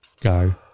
go